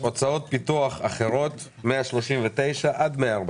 הפירוט על המקור הזה.